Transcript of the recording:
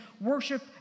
worship